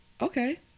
okay